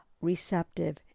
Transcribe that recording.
receptive